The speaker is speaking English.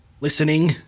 listening